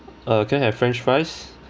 uh can I have french fries